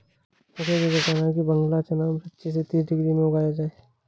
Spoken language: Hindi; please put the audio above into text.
मुखिया जी का कहना है कि बांग्ला चना पच्चीस से तीस डिग्री में उगाया जाए